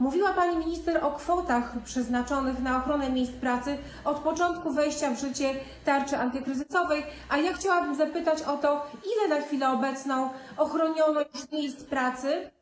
Mówiła pani minister o kwotach przeznaczanych na ochronę miejsc pracy od początku wejścia w życie tarczy antykryzysowej, a ja chciałabym zapytać o to, ile na chwilę obecną ochroniono już miejsc pracy.